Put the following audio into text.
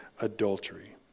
adultery